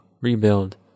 rebuild